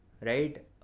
Right